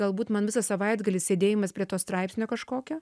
galbūt man visą savaitgalį sėdėjimas prie to straipsnio kažkokio